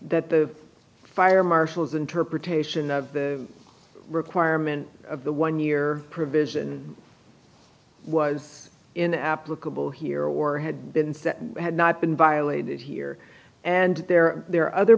have the fire marshals interpretation of the requirement of the one year provision was in the applicable here or had been set had not been violated here and there are other